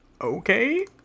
Okay